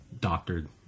doctored